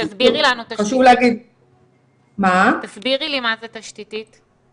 תסבירי לנו מה זה תשתיתית.